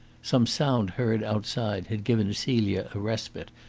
some sound heard outside had given celia a respite,